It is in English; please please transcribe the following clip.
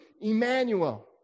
Emmanuel